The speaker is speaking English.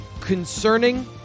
Concerning